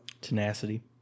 Tenacity